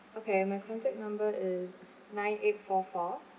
okay my contact number is nine eight four four